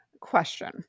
question